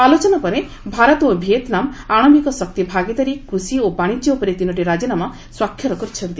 ଆଲୋଚନା ପରେ ଭାରତ ଓ ଭିଏତ୍ନାମ ଆଣବିକ ଶକ୍ତି ଭାଗିଦାରୀ କୃଷି ଓ ବାଣିଜ୍ୟ ଉପରେ ତିନିଟି ରାଜିନାମା ସ୍ୱାକ୍ଷର କରିଛନ୍ତି